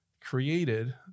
created